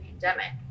pandemic